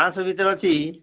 ପାଞ୍ଚଶହ ଭିତରେ ଅଛି